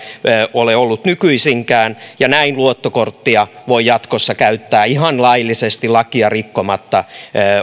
ole ollut nykyisinkään ja näin luottokorttia voi jatkossa käyttää ihan laillisesti lakia rikkomatta